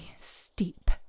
steep